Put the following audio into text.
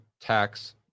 tax